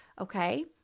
Okay